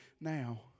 now